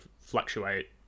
fluctuate